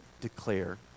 declare